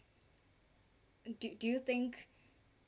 do do you think